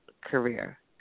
career